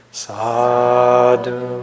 sadhu